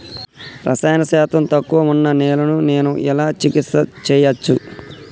రసాయన శాతం తక్కువ ఉన్న నేలను నేను ఎలా చికిత్స చేయచ్చు?